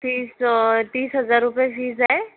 तीस तीस हजार रुपये फीज आहे